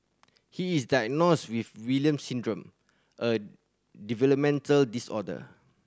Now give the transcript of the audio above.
he is diagnosed with Williams Syndrome a developmental disorder